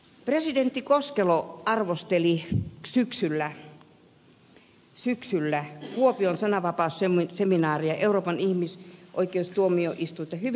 presidentti koskelo arvosteli syksyllä kuopion sananvapausseminaarissa euroopan ihmisoikeustuomioistuinta hyvinkin kriittiseen sävyyn